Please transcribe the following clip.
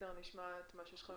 נשמע את מה שיש לכם